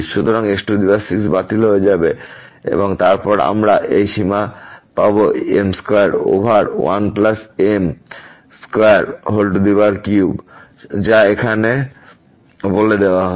সুতরাং x6 বাতিল হয়ে যাবে এবং তারপর আমরাএই সীমা পাবো m2 ওভার 1m23 যা এখানে দেওয়া হল